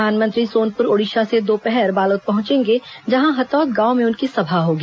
प्रधानमंत्री सोनपुर ओडिशा से दोपहर बालोद पहुंचेंगे जहां हथौद गांव में उनकी सभा होगी